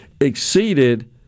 exceeded